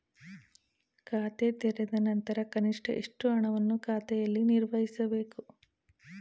ಖಾತೆ ತೆರೆದ ನಂತರ ಕನಿಷ್ಠ ಎಷ್ಟು ಹಣವನ್ನು ಖಾತೆಯಲ್ಲಿ ನಿರ್ವಹಿಸಬೇಕು?